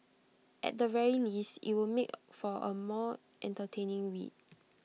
at the very least IT would make for A more entertaining read